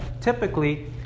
typically